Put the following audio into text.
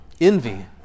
Envy